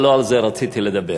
אבל לא על זה רציתי לדבר.